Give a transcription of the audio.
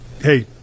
hey